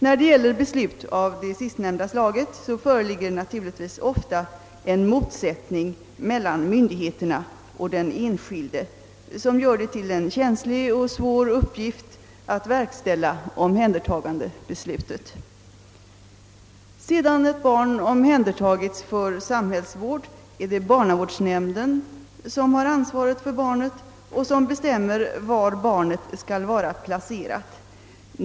När det gäller beslut av det sistnämnda slaget föreligger naturligtvis ofta en motsättning mellan myndigheterna och den enskilde, som gör det till en känslig och svår uppgift att verkställa omhändertagandebeslutet. Sedan ett barn omhändertagits för samhällsvård är det barnavårdsnämnden som har ansvaret för barnet och som bestämmer var barnet skall vara placerat.